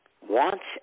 wants